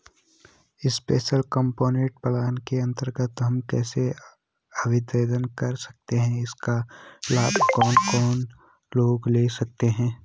Special component plan के अन्तर्गत हम कैसे आवेदन कर सकते हैं इसका लाभ कौन कौन लोग ले सकते हैं?